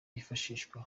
yifashishwa